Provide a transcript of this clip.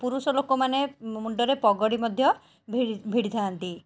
ପୁରୁଷ ଲୋକମାନେ ମୁଣ୍ଡରେ ପଗଡ଼ି ମଧ୍ୟ ଭିଡ଼ିଥାନ୍ତି